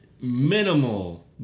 minimal